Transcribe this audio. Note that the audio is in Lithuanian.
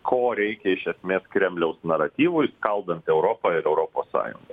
ko reikia iš esmės kremliaus naratyvui skaldant europą ir europos sąjungą